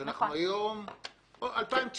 אנחנו היום ב-2019.